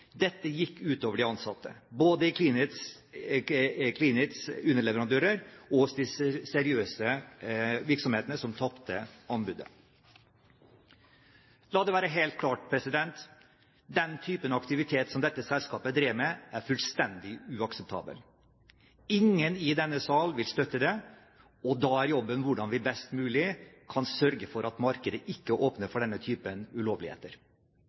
Dette gikk ut over de ansatte, både i Cleanits underleverandører og hos de seriøse virksomhetene som tapte anbudet. La det være helt klart: Den typen aktivitet som dette selskapet drev med, er fullstendig uakseptabel. Ingen i denne sal vil støtte det. Og da er jobben hvordan vi best mulig kan sørge for at markedet ikke åpner for denne typen ulovligheter.